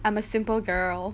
I'm a simple girl